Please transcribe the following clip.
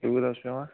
روٗد حظ چھُ پیٚوان